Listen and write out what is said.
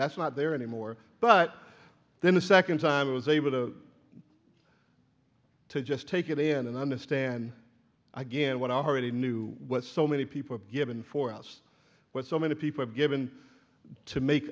that's not there anymore but then the second time i was able to just take it in and understand again what i already knew what so many people are given for us what so many people have given to make